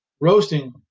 roasting